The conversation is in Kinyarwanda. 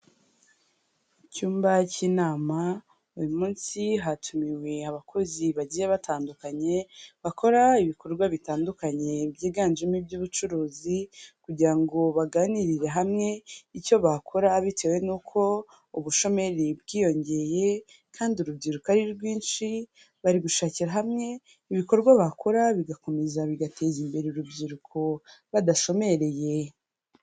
Icyumba cy'inama uyu munsi hatumiwe abakozi bagiye batandukanye bakora ibikorwa bitandukanye byiganjemo iby'ubucuruzi kugira ngo baganirire hamwe icyo bakora bitewe n'uko ubushomeri bwiyongereye kandi urubyiruko ari rwinshi bari gushakira hamwe ibikorwa bakora bigakomeza bigateza imbere urubyiruko badashomereye.